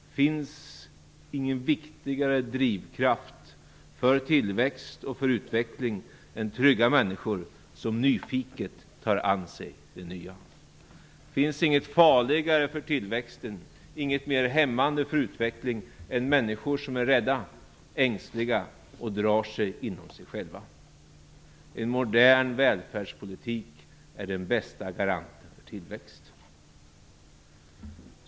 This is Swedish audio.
Det finns ingen viktigare drivkraft för tillväxt och för utveckling än trygga människor som nyfiket tar sig an det nya. Det finns inget farligare för tillväxten, inget mer hämmande för utvecklingen än människor som är rädda och ängsliga och som sluter sig inom sig själva. En modern välfärdspolitik är den bästa garantin för tillväxt.